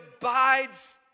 abides